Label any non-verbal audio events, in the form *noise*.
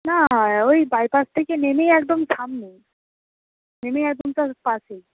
না ওই বাইপাস থেকে নেমেই একদম সামনে নেমেই একদম *unintelligible* পাশেই